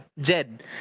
Jed